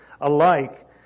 alike